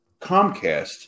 Comcast